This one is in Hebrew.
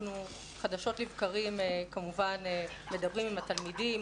אנחנו חדשות לבקרים כמובן מדברים עם התלמידים,